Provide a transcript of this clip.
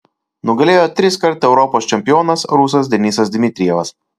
nugalėjo triskart europos čempionas rusas denisas dmitrijevas